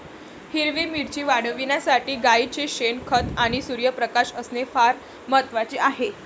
हिरवी मिरची वाढविण्यासाठी गाईचे शेण, खत आणि सूर्यप्रकाश असणे फार महत्वाचे आहे